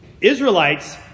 Israelites